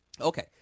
Okay